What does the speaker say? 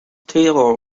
taylor